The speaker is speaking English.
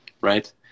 right